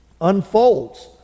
unfolds